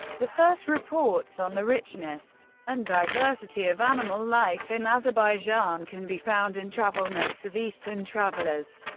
the first reports on the richness and diversity of animal life in azerbaijan can be found in travel notes of eastern travelers.